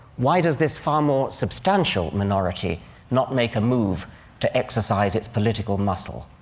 why does this far more substantial minority not make a move to exercise its political muscle?